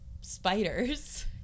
spiders